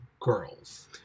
girls